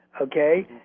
okay